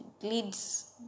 leads